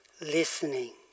listening